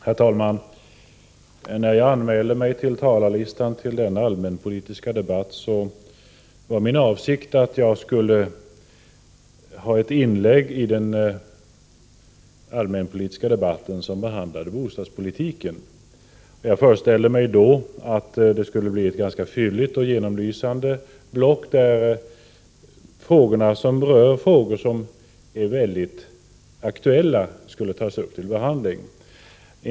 Herr talman! När jag anmälde mig till talarlistan inför denna allmänpolitiska debatt, var min avsikt att behandla bostadspolitiken. Jag föreställde mig då att det skulle bli ett ganska fylligt och genomlysande block, där väldigt aktuella frågor skulle tas upp till behandling.